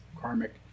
karmic